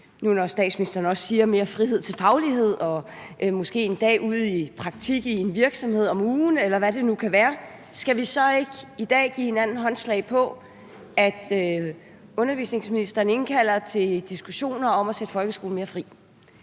nu, når statsministeren også nævner mere frihed til faglighed, måske en dag om ugen ude i praktik i en virksomhed, eller hvad det nu kan være – at vi i dag skal give hinanden håndslag på, at undervisningsministeren indkalder til diskussioner om at sætte folkeskolen mere fri.